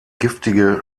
giftige